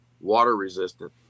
water-resistant